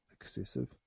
excessive